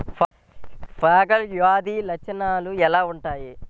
Fungal వ్యాధి లక్షనాలు ఎలా వుంటాయి?